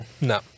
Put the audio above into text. No